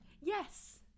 yes